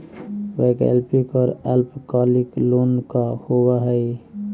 वैकल्पिक और अल्पकालिक लोन का होव हइ?